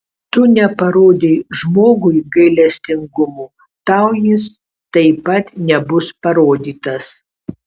tu neparodei žmogui gailestingumo tau jis taip pat nebus parodytas